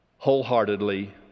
wholeheartedly